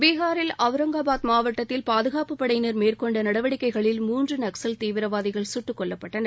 பீகாரில் அவுரங்காபாத் மாவட்டத்தில் பாதுகாப்புப் படையினர் மேற்கொண்ட நடவடிக்கையில் மூன்று நக்ஸல் தீவிரவாதிகள் சுட்டுக்கொல்லப்பட்டனர்